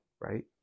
right